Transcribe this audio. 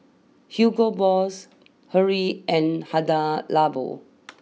Hugo Boss Hurley and Hada Labo